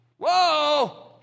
Whoa